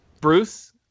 Bruce